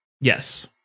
Yes